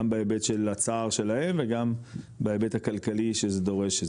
גם בהיבט של הצער שלהם וגם בהיבט הכלכלי שזה דורש.